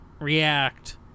React